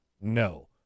No